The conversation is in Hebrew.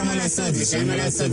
אומרים באנגלית about us not without us,